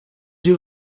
you